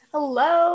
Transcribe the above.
Hello